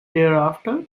thereafter